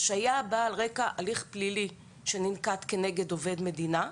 ההשעיה באה על רקע של הליך פלילי שננקט כנגד עובד מדינה,